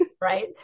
right